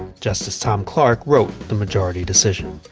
justice tom clark wrote the majority decision.